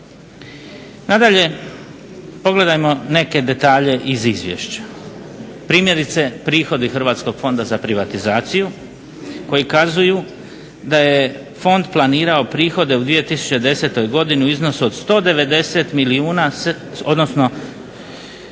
Nadalje, pogledajmo neke detalje iz izvješća. Primjerice prihodi Hrvatskog fonda za privatizaciju koji kazuju da je fond planirao prihode u 2010. godini u iznosu od 190 milijuna 782